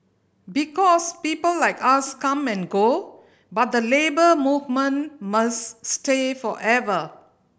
because people like us come and go but the Labour Movement must stay forever